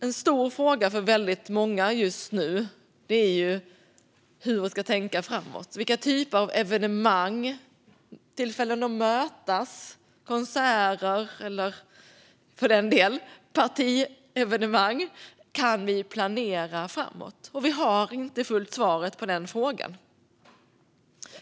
En stor fråga för väldigt många just nu är hur man ska tänka framåt. Vilka typer av evenemang, tillfällen att mötas, konserter eller för den delen partievenemang kan vi planera framöver? Vi har ännu inte fullt ut svaret på den frågan.